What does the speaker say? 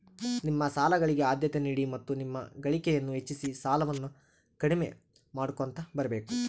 ನಿಮ್ಮ ಸಾಲಗಳಿಗೆ ಆದ್ಯತೆ ನೀಡಿ ಮತ್ತು ನಿಮ್ಮ ಗಳಿಕೆಯನ್ನು ಹೆಚ್ಚಿಸಿ ಸಾಲವನ್ನ ಕಡಿಮೆ ಮಾಡ್ಕೊಂತ ಬರಬೇಕು